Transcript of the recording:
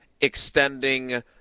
extending